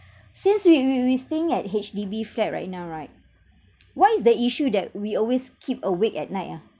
since we we we staying at H_D_B flat right now right what is the issue that we always keep awake at night ah